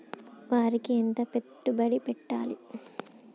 వరికి ఎంత పెట్టుబడి పెట్టాలి?